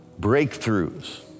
breakthroughs